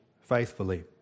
faithfully